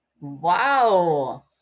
Wow